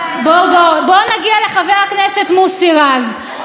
חבר הכנסת מוסי רז הודיע לאחר פרסום